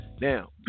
now